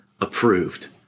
approved